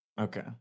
Okay